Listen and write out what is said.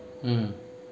mm